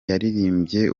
yaririmbye